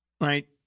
right